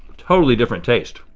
totally different taste.